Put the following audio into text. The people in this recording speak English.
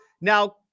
Now